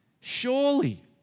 Surely